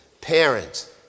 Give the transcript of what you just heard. Parents